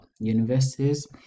universities